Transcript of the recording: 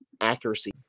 accuracy